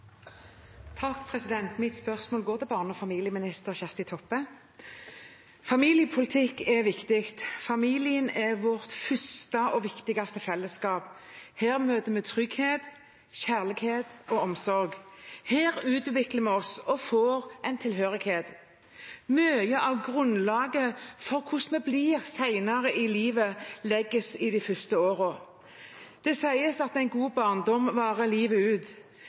viktig. Familien er vårt første og viktigste fellesskap. Her møter vi trygghet, kjærlighet og omsorg. Her utvikler vi oss og får en tilhørighet. Mye av grunnlaget for hvordan vi blir senere i livet, legges i de første årene. Det sies at en god barndom varer livet ut.